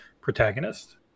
protagonist